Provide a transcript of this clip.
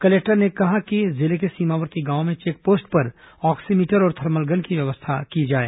collector ने कहा कि जिले के सीमावर्ती गांवों में चेकपोस्ट पर ऑक्सीमीटर और थर्मल गन की व्यवस्था अवश्य की जाए